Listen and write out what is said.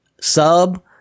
sub